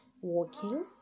walking